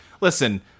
listen